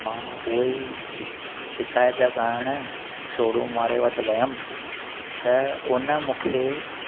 मां हूअ ई शिकायत करणु शोरूम वारे वटि वियुमि त उन मूंखे